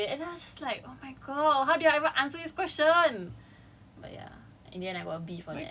so it's like you know I tried googling the answer okay and I just like my god how do I even answer this question